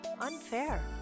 unfair